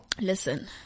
Listen